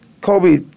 Kobe